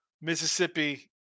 Mississippi